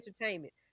entertainment